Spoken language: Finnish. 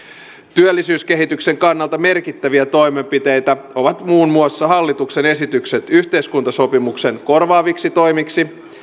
työllisyyskehityksen kannalta merkittäviä toimenpiteitä ovat muun muassa hallituksen esitykset yhteiskuntasopimuksen korvaaviksi toimiksi